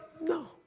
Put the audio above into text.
No